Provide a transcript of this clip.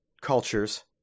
cultures